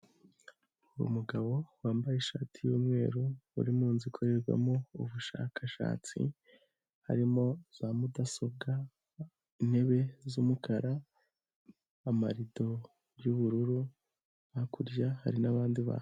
Ni umugabo wambaye ishati y'umweru, uri mu nzu ikorerwamo ubushakashatsi, harimo za mudasobwa, intebe z'umukara, amarido y'ubururu, hakurya hari n'abandi bantu.